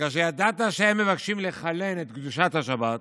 כאשר ידעת שהם מבקשים לחלן את קדושת השבת,